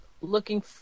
looking